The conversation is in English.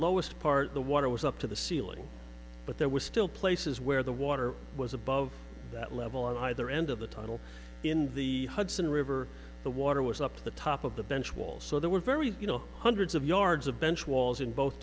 lowest part the water was up to the ceiling but there was still places where the water was above that level on either end of the tunnel in the hudson river the wall there was up to the top of the bench wall so there were very you know hundreds of yards of bench walls in both